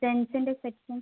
ജെൻറ്റ്സിൻ്റെ section